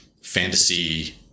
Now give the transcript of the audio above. fantasy